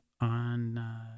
on